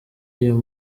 iyo